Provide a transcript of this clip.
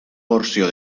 porció